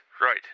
right